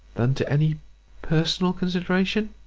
than to any personal consideration.